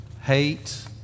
hate